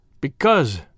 Because